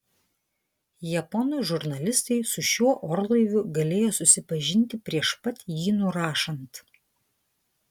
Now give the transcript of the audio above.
japonų žurnalistai su šiuo orlaiviu galėjo susipažinti prieš pat jį nurašant